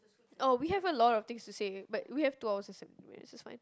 oh we have a lot of things to say but we have two hours and seventeen minutes so it's fine